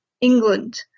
England